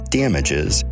damages